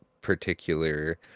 particular